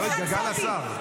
לא, היא התגעגעה לשר.